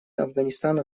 афганистана